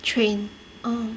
train orh